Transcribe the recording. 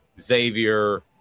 Xavier